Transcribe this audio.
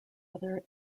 other